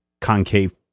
concave